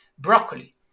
broccoli